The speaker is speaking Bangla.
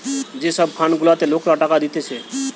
যে সব ফান্ড গুলাতে লোকরা টাকা দিতেছে